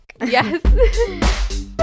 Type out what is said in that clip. Yes